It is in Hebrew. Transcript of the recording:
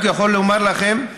אני רק יכול לומר לכם,